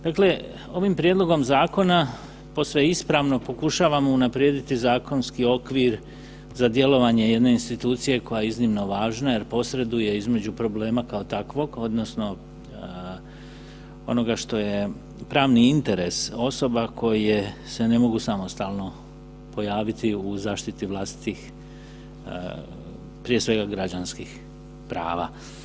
Dakle, ovim prijedlogom zakona posve ispravno pokušavamo unaprijediti zakonski okvir za djelovanje jedne institucije koja je iznimno važna jer posreduje između problema kao takvog odnosno onoga što je pravni interes osoba koje se ne mogu samostalno pojaviti u zaštiti vlastitih, prije svega građanskih prava.